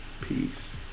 peace